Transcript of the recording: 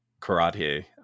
karate